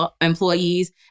employees